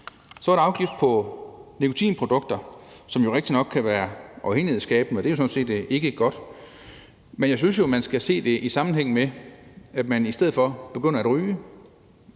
Så er der en afgift på nikotinprodukter, som jo rigtigt nok kan være afhængighedsskabende, og det er sådan set ikke godt, men jeg synes jo, at man skal se det i sammenhæng med, at folk i stedet for begynder at ryge.